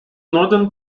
northern